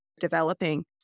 developing